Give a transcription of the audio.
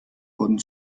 wurden